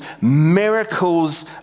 miracles